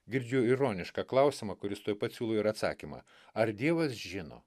girdžiu ironišką klausimą kuris tuoj pat siūlo ir atsakymą ar dievas žino